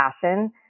passion